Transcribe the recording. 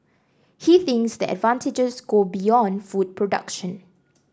he thinks the advantages go beyond food production